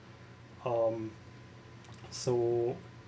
um so